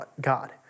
God